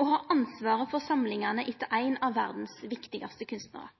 å ha ansvaret for samlingane etter ein av verdas viktigaste kunstnarar.